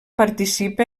participa